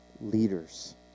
leaders